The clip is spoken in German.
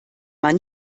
man